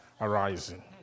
Arising